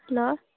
hello